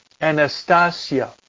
Anastasia